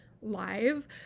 live